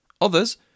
Others